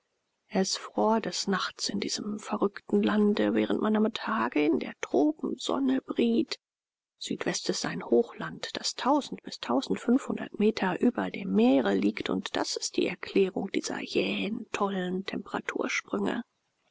es fror des nachts in diesem verrückten lande während man am tage in der tropensonne briet südwest ist ein hochland das bis meter über dem meere liegt und das ist die erklärung dieser jähen tollen temperatursprünge